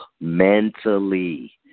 mentally